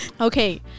okay